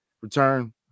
return